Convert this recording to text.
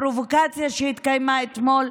הפרובוקציה שהתקיימה אתמול,